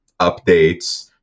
updates